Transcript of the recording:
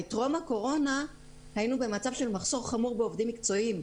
הרי טרום הקורונה היינו במצב של מחסור חמור בעובדים מקצועיים.